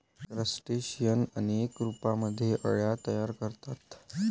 crustacean अनेक रूपांमध्ये अळ्या तयार करतात